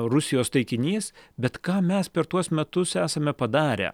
rusijos taikinys bet ką mes per tuos metus esame padarę